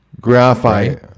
graphite